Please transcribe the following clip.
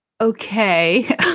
okay